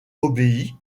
obéit